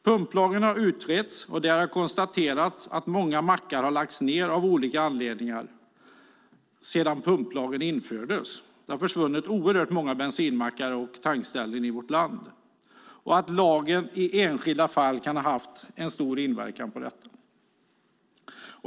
Pumplagen har utretts, och det har konstaterats att sedan pumplagen infördes har många mackar lagts ned av olika anledningar. Det har försvunnit oerhört många bensinmackar och tankställen i vårt land. Lagen kan i enskilda fall ha haft stor inverkan på detta.